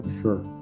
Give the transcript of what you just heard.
Sure